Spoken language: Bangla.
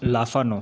লাফানো